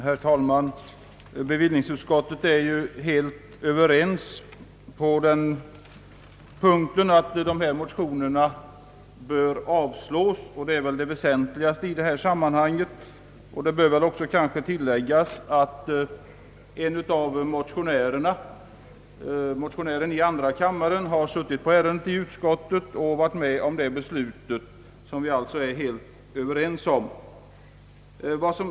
Herr talman! Bevillningsutskottet är helt överens om att dessa båda motioner bör avstyrkas. Detta är det väsentliga i sammanhanget. Det bör kanske också tilläggas att motionären i andra kammaren har deltagit i ärendets behandling i utskottet och varit med om att fatta det beslut som vi är överens om.